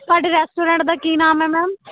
ਤੁਹਾਡੇ ਰੈਸਟੋਰੈਂਟ ਦਾ ਕੀ ਨਾਮ ਹੈ ਮੈਮ